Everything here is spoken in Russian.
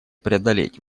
преодолеть